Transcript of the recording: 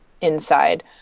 inside